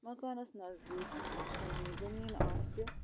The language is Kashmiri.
مَکانَس نزدیٖک یُس اَسہِ پَنُن زٔمیٖن آسہِ